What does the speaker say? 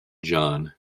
john